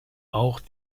auch